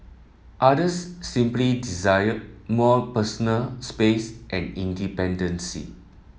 others simply desire more personal space and independence